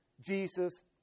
Jesus